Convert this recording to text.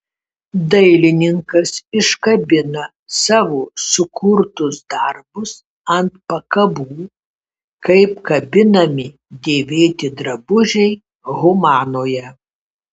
dailininkas iškabina savo sukurtus darbus ant pakabų kaip kabinami dėvėti drabužiai humanoje